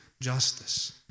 justice